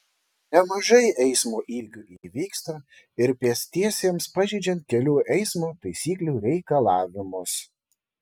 nemažai eismo įvykių įvyksta ir pėstiesiems pažeidžiant kelių eismo taisyklių reikalavimus